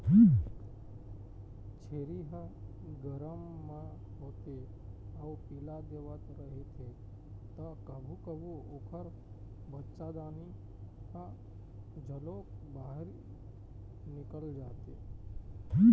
छेरी ह गरभ म होथे अउ पिला देवत रहिथे त कभू कभू ओखर बच्चादानी ह घलोक बाहिर निकल जाथे